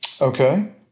Okay